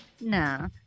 nah